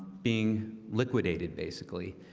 being liquidated basically